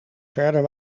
verder